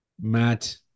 Matt